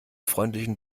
freundlichen